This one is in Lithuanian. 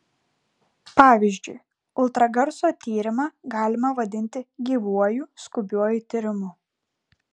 pavyzdžiui ultragarso tyrimą galima vadinti gyvuoju skubiuoju tyrimu